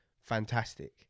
fantastic